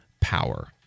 power